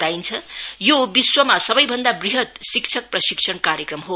बताइन्छ यो विश्वमा सबैभन्दा बृहत् शिक्षक प्रशिक्षण कार्यक्रम हो